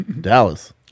Dallas